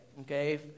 Okay